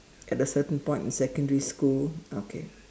at a certain point in secondary school okay